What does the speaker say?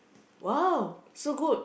!wow! so good